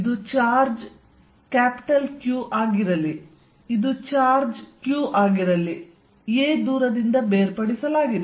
ಇದು charge Q ಆಗಿರಲಿ ಇದು ಚಾರ್ಜ್ Q ಆಗಿರಲಿ 'a' ದೂರದಿಂದ ಬೇರ್ಪಡಿಸಲಾಗಿದೆ